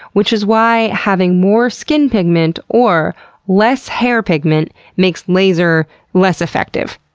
which is why having more skin pigment or less hair pigment makes laser less effective.